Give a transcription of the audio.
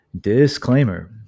Disclaimer